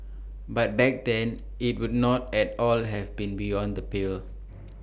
but back then IT would not at all have been beyond the pale